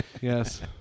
Yes